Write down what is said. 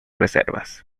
reservas